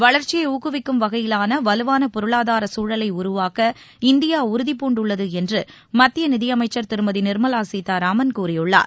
வளர்ச்சியை ஊக்குவிக்கும் வகையிலான வலுவான பொருளாதார சூழலை உருவாக்க இந்தியா உறுதிபூண்டுள்ளது என்று மத்திய நிதியமைச்சர் திருமதி நிர்மலா சீதாராமன் கூறியுள்ளார்